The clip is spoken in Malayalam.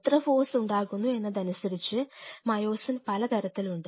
എത്ര ഫോഴ്സ് ഉണ്ടാകുന്നു എന്നതനുസരിച്ച് മയോസിൻ പലതരത്തിലുണ്ട്